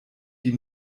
die